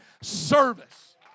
service